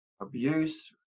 abuse